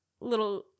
little